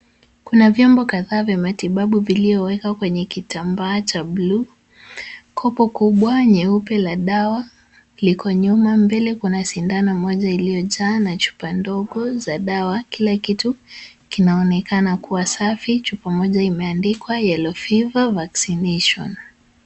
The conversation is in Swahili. Kuna vyombo kadhaa vya matibabu vilivyowekwa kwenye kitambaa cha bluu. Kopo kubwa nyeupe la dawa, liko nyuma mbele kuna sindano moja iliyojaa na chupa ndogo za dawa, kila kitu kinaonekana kuwa safi. Chupa moja imeandikwa yellow fever vaccination .